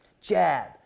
Jab